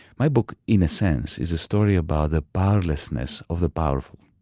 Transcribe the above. my book in a sense is a story about the powerlessness of the powerful.